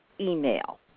email